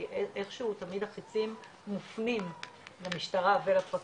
כי איכשהו תמיד החיצים מופנים למשטרה ולפרקליטות,